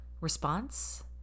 response